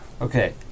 Okay